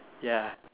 ya